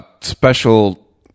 special